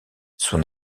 son